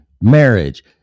marriage